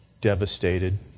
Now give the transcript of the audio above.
devastated